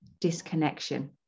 disconnection